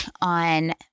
on